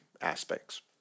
aspects